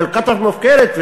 ואום-אלקוטוף מופקרת,